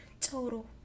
total